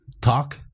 talk